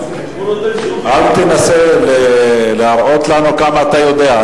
אל תנסה להראות לנו כמה אתה יודע.